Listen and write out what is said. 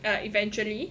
err eventually